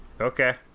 Okay